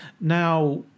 Now